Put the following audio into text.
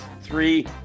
Three